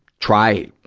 try,